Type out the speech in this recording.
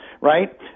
right